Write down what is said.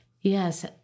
Yes